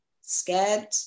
scared